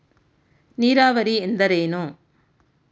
ನೀರಾವರಿ ಎಂದರೇನು?